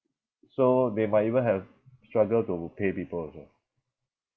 so they might even have struggled to pay people also